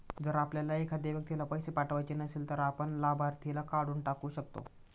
जर आपल्याला एखाद्या व्यक्तीला पैसे पाठवायचे नसेल, तर आपण लाभार्थीला काढून टाकू शकतो